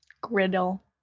griddle